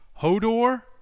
Hodor